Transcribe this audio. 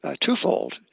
twofold